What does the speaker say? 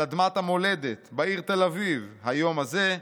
על אדמת המולדת, בעיר תל אביב, היום הזה,